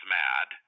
mad